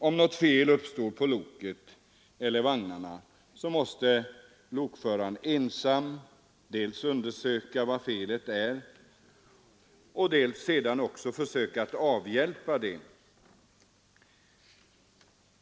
Om något fel uppstår på loket eller vagnarna måste lokföraren ensam dels undersöka var felet är och dels sedan också försöka avhjälpa felet.